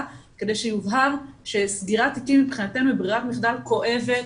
כדי שיובהר שסגירת תיקים מבחינתנו היא ברירת מחדל כואבת,